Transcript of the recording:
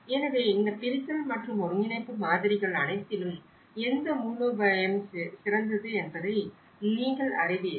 எனவே இந்த பிரித்தல் மற்றும் ஒருங்கிணைப்பு மாதிரிகள் அனைத்திலும் எந்த மூலோபாயம் சிறந்தது என்பதை நீங்கள் அறிவீர்கள்